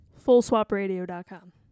fullswapradio.com